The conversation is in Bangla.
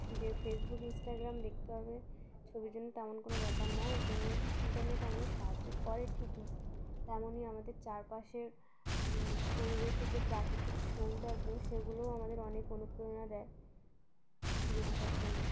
যে ফেসবুক ইন্সটাাগ্রাম দেখতে হবে ছবির জন্য তেমন কোনো ব্যাপার নয় এই জন্যে ইন্টারনেট আমাদের সাহায্য করে ঠিকই তেমনই আমাদের চারপাশের পরিবেশের যে প্রাকৃতিক সৌন্দর্য সেগুলোও আমাদের অনেক অনুপ্রেরণা দেয় ছবি আঁকার জন্য